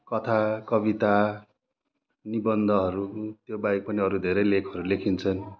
कथा कविता निबन्धहरू योबाहेक पनि धेरै लेखहरू लेखिन्छन्